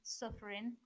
suffering